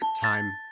Time